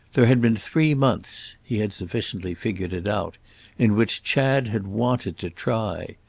there had been three months he had sufficiently figured it out in which chad had wanted to try.